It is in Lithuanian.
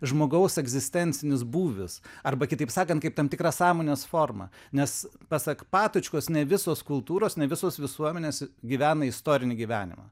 žmogaus egzistencinis būvis arba kitaip sakant kaip tam tikra sąmonės forma nes pasak patočkos ne visos kultūros ne visos visuomenės gyvena istorinį gyvenimą